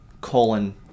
colon